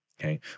Okay